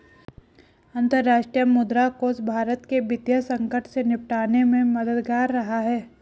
अंतर्राष्ट्रीय मुद्रा कोष भारत के वित्तीय संकट से निपटने में मददगार रहा है